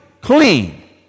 clean